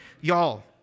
Y'all